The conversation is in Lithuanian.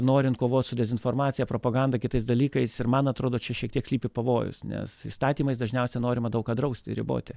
norint kovot su dezinformacija propaganda kitais dalykais ir man atrodo čia šiek tiek slypi pavojus nes įstatymais dažniausia norima daug ką drausti ir riboti